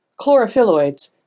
chlorophylloids